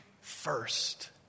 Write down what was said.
first